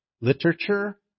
literature